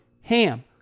HAM